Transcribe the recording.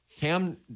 Cam